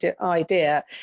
idea